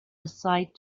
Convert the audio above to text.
aside